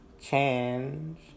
change